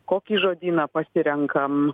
kokį žodyną pasirenkam